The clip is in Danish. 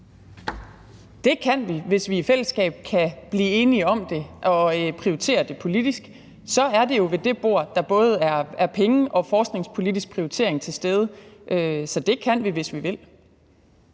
Det kan vi, hvis vi i fællesskab kan blive enige om det og prioritere det politisk. Så er det jo ved det bord, der både er penge og forskningspolitisk prioritering til stede. Så det kan vi, hvis vi vil.